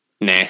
Nah